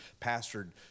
pastored